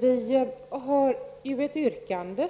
Vårt yrkande